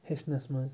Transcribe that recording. ہیٚچھنَس منٛز